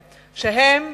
שהם,